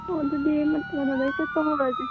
ꯑꯣ ꯑꯗꯨꯗꯤ ꯀꯩꯅꯣꯗꯒꯤ ꯆꯠꯄ ꯍꯧꯔꯁꯦ